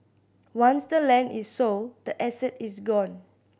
once the land is sold the asset is gone